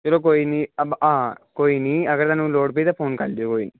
ਚਲੋ ਕੋਈ ਨਹੀਂ ਅਬ ਆ ਕੋਈ ਨਹੀਂ ਅਗਰ ਤੁਹਾਨੂੰ ਲੋੜ ਪਈ ਤਾਂ ਫੋਨ ਕਰ ਲਿਓ ਕੋਈ